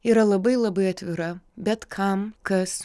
yra labai labai atvira bet kam kas